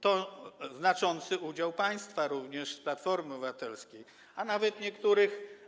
Tu mamy znaczący udział państwa również z Platformy Obywatelskiej, a nawet niektórych.